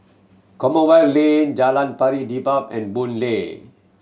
Commonwealth Lane Jalan Pari Dedap and Boon Lay